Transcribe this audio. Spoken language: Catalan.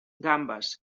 gambes